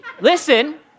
listen